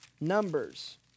Numbers